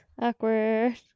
Awkward